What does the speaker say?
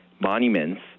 monuments